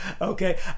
okay